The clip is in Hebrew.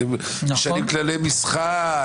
אתם משנים כללי משחק.